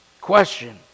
Question